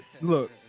look